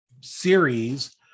series